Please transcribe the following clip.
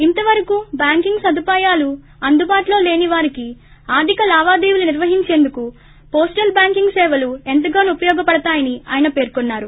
ఇంతవరకు బ్యాంకింగ్ సదుపాయాలు అందుబాటులోని వారికి ఆర్దిక లావాదేవీలు నిర్వహించేందుకు పోస్టల్ బ్యాంకింగ్ సేవలు ఎంతగానో ఉపయోగపడతాయని ఆయన పేర్కొన్సారు